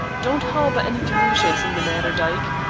don't harbor any delusions in the matter, dyke.